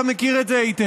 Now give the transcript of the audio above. אתה מכיר את זה היטב,